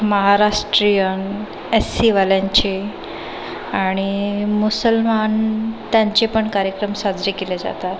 Maharashtrian S सीवाल्यांचे आणि मुसलमान त्यांचेपण कार्यक्रम साजरे केले जातात